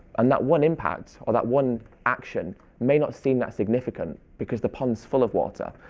and that one impact or that one action may not seem that significant because the pond's full of water.